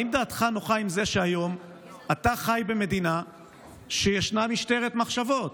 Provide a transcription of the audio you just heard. האם דעתך נוחה עם זה שהיום אתה חי במדינה שיש בה משטרת מחשבות?